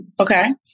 Okay